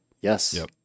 Yes